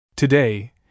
Today